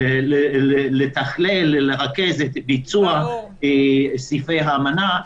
תכליתו לתכלל ולרכז את ביצוע סעיפי האמנה.